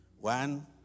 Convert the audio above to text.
one